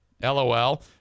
LOL